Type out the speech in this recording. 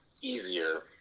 easier